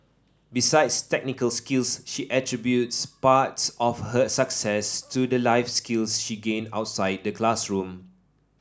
besides technical skills she attributes parts of her success to the life skills she gained outside the classroom